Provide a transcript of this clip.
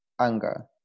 anger